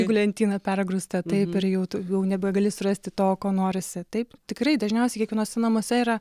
knygų lentyna pergrūsta taip ir jau daugiau nebegali surasti to ko norisi taip tikrai dažniausiai kiekvienuose namuose yra